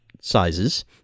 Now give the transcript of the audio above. sizes